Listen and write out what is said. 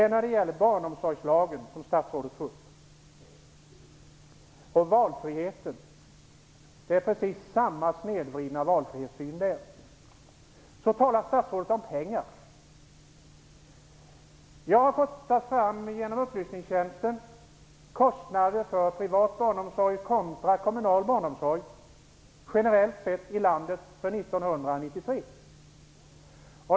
Statsrådet tog upp barnomsorgslagen och valfriheten. Det är precis samma snedvridna valfrihetssyn där. Sedan talar statsrådet om pengar. Genom upplysningstjänsten har jag fått fram kostnader för privat barnomsorg kontra kommunal barnomsorg generellt sett i landet för 1993.